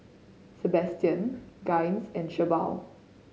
Sabastian Gaines and Shelba